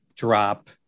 drop